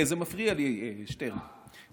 זה מפריע לי, שטרן.